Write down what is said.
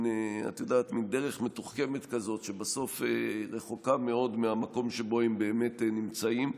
דרך מתוחכמת כזאת שבסוף רחוקה מאוד מהמקום שבו הם באמת נמצאים,